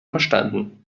verstanden